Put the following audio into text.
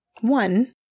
One